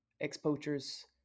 ex-poachers